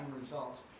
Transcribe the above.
results